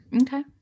okay